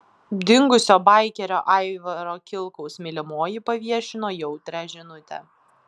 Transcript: dingusio baikerio aivaro kilkaus mylimoji paviešino jautrią žinutę